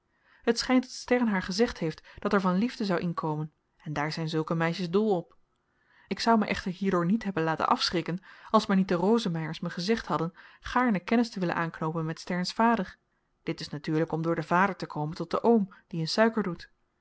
het schynt dat stern haar gezegd heeft dat er van liefde zou inkomen en daar zyn zulke meisjes dol op ik zou me echter hierdoor niet hebben laten afschrikken als maar niet de rosemeyers me gezegd hadden gaarne kennis te willen aanknoopen met sterns vader dit is natuurlyk om door den vader te komen tot den oom die in suiker doet